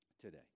today